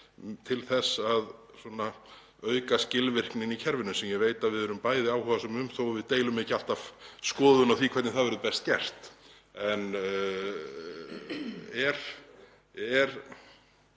til þess að auka skilvirkni í kerfinu, sem ég veit að við erum bæði áhugasöm um þó að við deilum ekki alltaf skoðun á því hvernig það verður best gert? Þetta